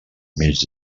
mig